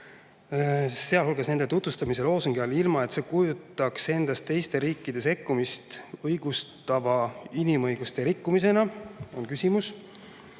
(sh nende tutvustamise loosungi all), ilma et see kujutaks endast teiste riikide sekkumist õigustava inimõiguste rikkumisena?" Ja vastus